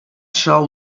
shall